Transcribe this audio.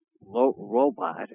robot